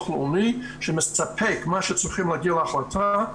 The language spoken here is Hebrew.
הלאומי שמספק מה שצריכים להגיע להחלטה,